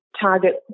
target